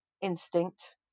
instinct